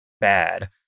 bad